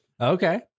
Okay